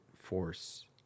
force